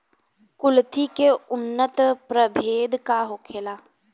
कुलथी के उन्नत प्रभेद का होखेला?